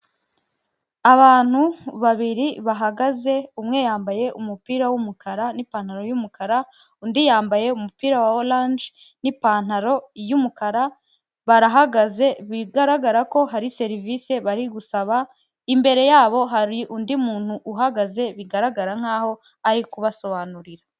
Abantu babiri bahagaze umwe yambaye umupira w'umukara n'ipantaro y'umukara, undi yambaye umupira wa oranje n'ipantaro y'umukara, barahagaze bigaragara ko hari serivisi bari gusaba, imbere yabo hari undi muntu uhagaze bigaragara nk'aho ari kubasobanurira.